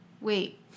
Wait